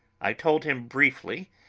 i told him briefly,